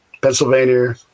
Pennsylvania